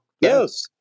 Yes